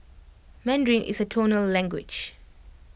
Mandarin is A tonal language